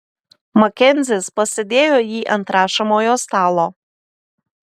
makenzis pasidėjo jį ant rašomojo stalo